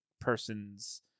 person's